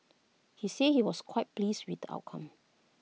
he said he was quite pleased with the outcome